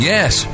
Yes